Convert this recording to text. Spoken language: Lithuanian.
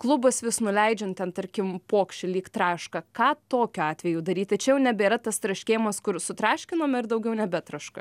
klubas vis nuleidžiant ten tarkim pokši lyg traška ką tokiu atveju daryti čia jau nebėra tas traškėjimas kur sutraškinom ir daugiau nebetraška